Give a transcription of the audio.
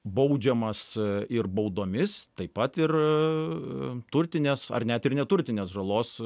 baudžiamas ir baudomis taip pat ir turtinės ar net ir neturtinės žalos